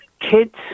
kids